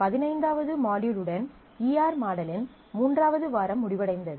பதினைந்தாவது மாட்யூல் உடன் E R மாடலின் மூன்றாவது வாரம் முடிவடைந்தது